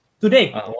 Today